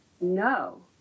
no